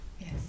Yes